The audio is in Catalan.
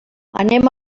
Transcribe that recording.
anem